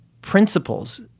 principles